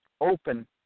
open